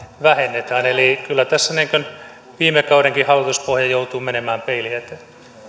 vähennetään eli kyllä tässä viime kaudenkin hallituspohja joutuu menemään peilin eteen